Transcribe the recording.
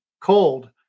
cold